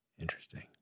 interesting